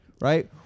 right